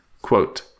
quote